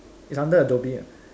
it's under Adobe [what]